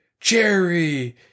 Jerry